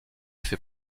fait